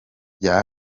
bya